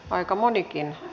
aika monikin